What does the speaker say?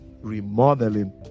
remodeling